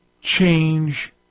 change